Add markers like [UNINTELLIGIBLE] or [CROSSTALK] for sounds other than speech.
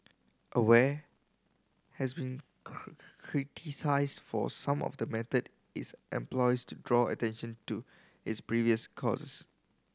aware has been [UNINTELLIGIBLE] criticised for some of the method its employs to draw attention to its previous causes